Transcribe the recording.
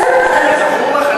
זכור לך?